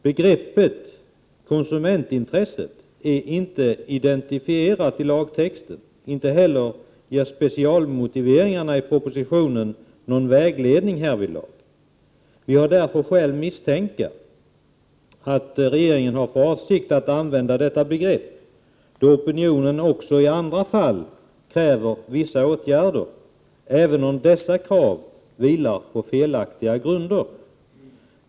Begreppet konsumentintresset är inte identifierat i lagtexten, inte heller finns det i specialmotiveringarna i propositionen någon vägledning härvidlag. Vi har därför skäl att misstänka att regeringen har för avsikt att använda detta begrepp också i andra fall då opinionen kräver vissa åtgärder, även om sådana krav vilar på felaktiga grunder.